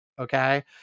Okay